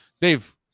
Dave